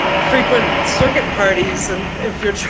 frequent circuit parties and if you're